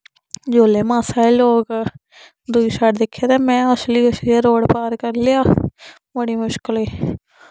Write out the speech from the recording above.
जिल्ले मासा जे लोक दुई सैड दिक्खे ते में उछलिए उछलिए रोड पार करी लेया बड़ी मुश्कलें